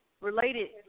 related